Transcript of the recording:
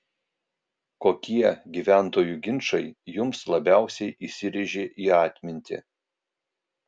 kokie gyventojų ginčai jums labiausiai įsirėžė į atmintį